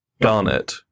Garnet